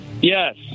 Yes